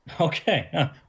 Okay